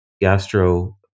gastro